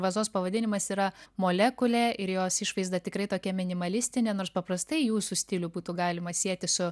vazos pavadinimas yra molekulė ir jos išvaizda tikrai tokia minimalistinė nors paprastai jūsų stilių būtų galima sieti su